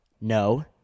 No